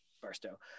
barstow